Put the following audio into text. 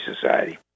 society